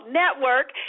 network